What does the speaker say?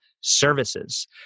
services